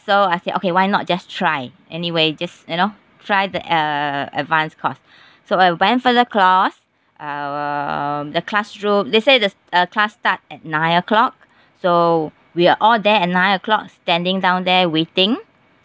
so I said okay why not just try anyway just you know try the uh advanced course so I went for the class um the classroom they say the uh class start at nine o'clock so we are all there at nine o'clock standing down there waiting